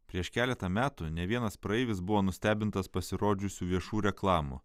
prieš keletą metų ne vienas praeivis buvo nustebintas pasirodžiusių viešų reklamų